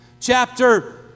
chapter